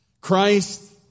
Christ